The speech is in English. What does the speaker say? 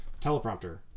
teleprompter